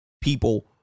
people